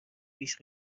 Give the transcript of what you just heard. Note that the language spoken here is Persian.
پیش